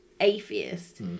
atheist